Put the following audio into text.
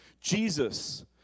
Jesus